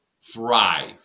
thrive